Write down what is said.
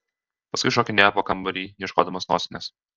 paskui šokinėja po kambarį ieškodamas nosinės